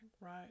right